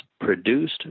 produced